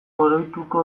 oroituko